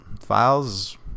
files